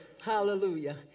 Hallelujah